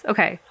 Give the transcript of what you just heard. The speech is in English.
Okay